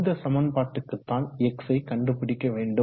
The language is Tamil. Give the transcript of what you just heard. இந்த சமன்பாட்டுக்குத்தான் x யை கண்டுபிடிக்க வேண்டும்